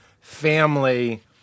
Family